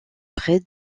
près